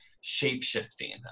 shape-shifting